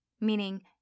meaning